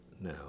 now